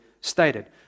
stated